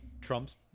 Trump's